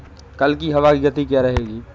कल की हवा की गति क्या रहेगी?